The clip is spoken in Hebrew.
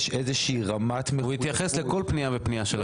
יש איזה שהיא רמת מחויבות --- הוא התייחס לכל פנייה ופנייה שלכם.